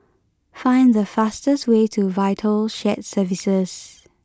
find the fastest way to Vital Shared Services